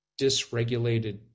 dysregulated